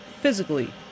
physically